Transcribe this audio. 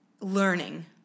Learning